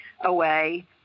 away